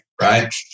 right